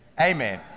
Amen